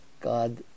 God